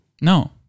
No